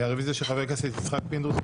הרביזיה של חבר הכנסת יצחק פינדרוס.